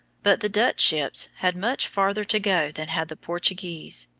but the dutch ships had much farther to go than had the portuguese,